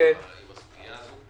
בסוגיה הזאת.